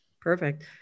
Perfect